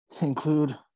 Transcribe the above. include